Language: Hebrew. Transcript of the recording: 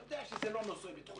אתה יודע שזה לא נושא ביטחוני,